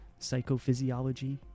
psychophysiology